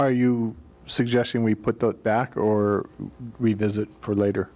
are you suggesting we put that back or revisit for later